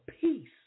peace